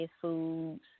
foods